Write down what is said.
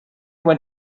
went